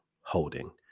Holding